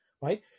right